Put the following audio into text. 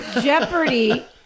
Jeopardy